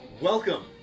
Welcome